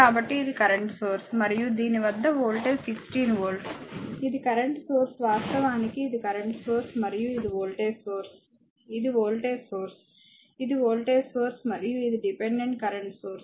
కాబట్టి ఇది current source మరియు దీని వద్ద వోల్టేజ్ 16 వోల్ట్ ఇది కరెంట్ సోర్స్ వాస్తవానికి ఇది కరెంట్ సోర్స్ మరియు ఇది వోల్టేజ్ ఇది వోల్టేజ్ సోర్స్ ఇది వోల్టేజ్ సోర్స్ మరియు ఇది డిపెండెంట్ కరెంట్ సోర్స్